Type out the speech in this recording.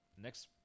next